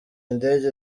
indege